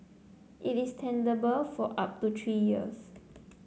it is tenable for up to three years